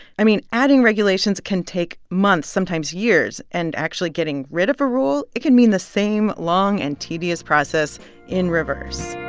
i mean, adding regulations can take months, sometimes years. and actually getting rid of a rule it can mean the same long and tedious process in reverse